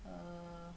err